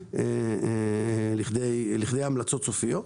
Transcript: באו לכדי המלצות סופיות.